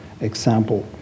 example